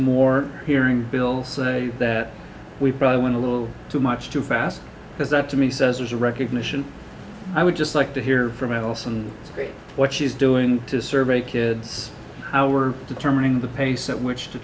more hearing bill say that we probably went a little too much too fast because that to me says there's a recognition i would just like to hear from elson what she's doing to survey kids how we're determining the pace at which to